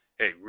hey